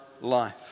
life